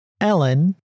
Ellen